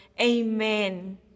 Amen